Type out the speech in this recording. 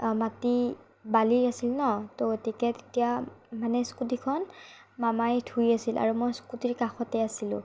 মাটি বালি আছিল ন' তো গতিকে তেতিয়া মানে স্কুটীখন মামায়ে ধুই আছিল আৰু মই স্কুটীৰ কাষতে আছিলো